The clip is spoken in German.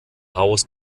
haus